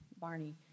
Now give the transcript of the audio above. Barney